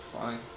Fine